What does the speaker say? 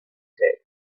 text